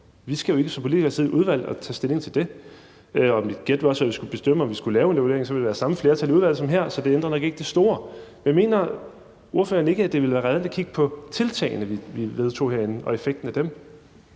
Vi skal jo ikke som politikere sidde i et udvalg og tage stilling til det. Mit gæt vil også være, at hvis vi skulle bestemme, om vi skulle lave en evaluering, så ville der være det samme flertal i udvalget som her, så det ændrer nok ikke det store. Men mener ordføreren ikke, at det ville være relevant at kigge på tiltagene, vi vedtog herinde, og effekten af dem?